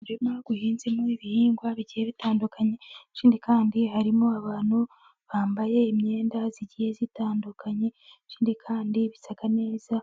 Mu murima uhinzemo ibihingwa bigiye bitandukanye, ikindi kandi harimo abantu bambaye imyenda igiye itandukanye. Ikindi kandi bisa neza